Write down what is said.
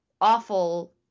awful